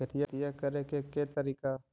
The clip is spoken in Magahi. खेतिया करेके के तारिका?